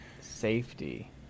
Safety